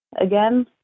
again